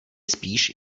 spíš